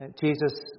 Jesus